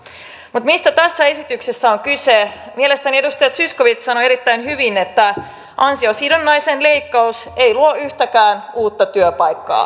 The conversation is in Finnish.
mutta mistä tässä esityksessä on kyse mielestäni edustaja zyskowicz sanoi erittäin hyvin että ansiosidonnaisen leikkaus ei luo yhtäkään uutta työpaikkaa